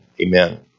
Amen